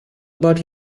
about